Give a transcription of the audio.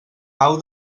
pau